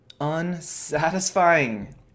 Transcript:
unsatisfying